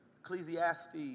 Ecclesiastes